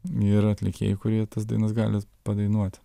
ir atlikėjai kurie tas dainas gali padainuoti